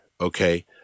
okay